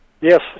Yes